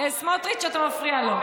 סמוטריץ, אתה מפריע לו.